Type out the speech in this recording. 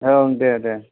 ओं दे दे